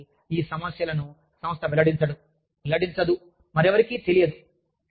వాస్తవానికి ఈ సమస్యలను సంస్థ వెల్లడించదు మరెవరికీ తెలియదు